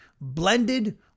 blended